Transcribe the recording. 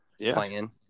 Playing